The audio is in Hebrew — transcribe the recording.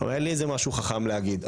כבר אין לי משהו חכם להגיד,